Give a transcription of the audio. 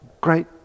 great